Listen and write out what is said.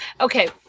okay